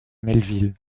melville